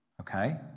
Okay